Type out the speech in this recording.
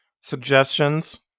suggestions